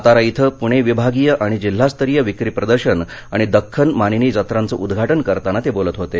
सातारा इथ पुणे विभागीय आणि जिल्हास्तरीय विक्री प्रदर्शन आणि दख्खन मानिनी जत्रांचं उद्घाटन करताना ते बोलत होते